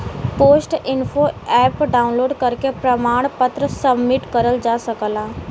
post info app download करके प्रमाण पत्र सबमिट करल जा सकला